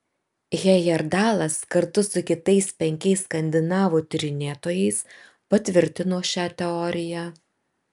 hejerdalas kartu su kitais penkiais skandinavų tyrinėtojais patvirtino šią teoriją